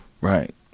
Right